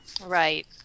Right